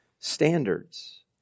Standards